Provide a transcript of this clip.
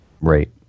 Right